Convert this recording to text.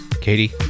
Katie